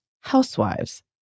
housewives